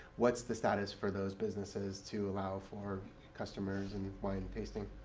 what's the status for those businesses to allow for customers and wine tasting?